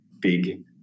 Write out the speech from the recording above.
big